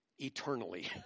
Eternally